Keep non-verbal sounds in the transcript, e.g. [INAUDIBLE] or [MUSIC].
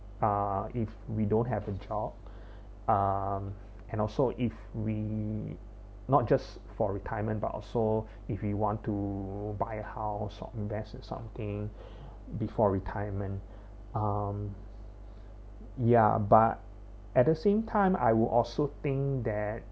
uh if we don't have a job um and also if we not just for retirement but also if we want to buy a house or invest in something [BREATH] before retirement um ya but at the same time I will also think that